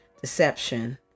deception